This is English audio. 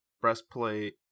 breastplate